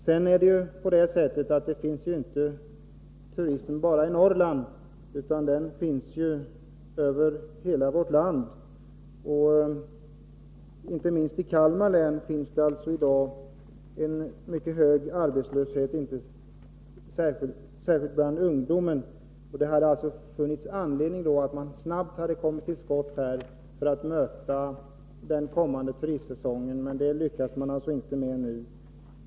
Sedan är det på det sättet att det inte finns turism bara i Norrland utan i hela vårt land. Inte minst i Kalmar län är arbetslösheten i dag mycket hög, särskilt bland ungdomen. Det hade funnits anledning att snabbt vidta åtgärder för att möta den kommande turistsäsongen. Men det lyckas man alltså inte med nu.